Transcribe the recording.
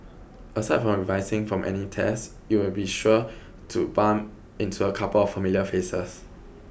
aside from revising for any tests you'll be sure to bump into a couple of familiar faces